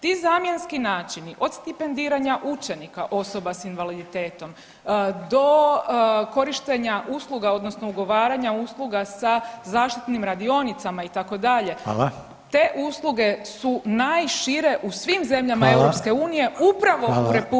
Ti zamjenski načini, od stipendiranja učenika osoba s invaliditetom do korištenja usluga odnosno ugovaranja usluga sa zaštitnim radionicama, itd., [[Upadica: Hvala.]] te usluge su najšire u svim zemljama EU upravo [[Upadica: Hvala lijepa.]] u RH.